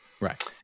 Right